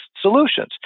solutions